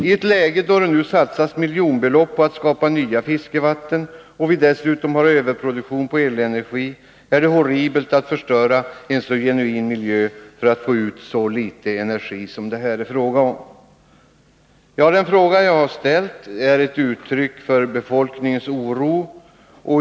Iett läge där det satsas miljonbelopp på att skapa nya fiskevatten, och då vi dessutom har överproduktion på elenergi, är det horribelt att förstöra en så genuin miljö för att få ut så litet energi som det här är fråga om. Den fråga jag har ställt är ett uttryck för befolkningens oro.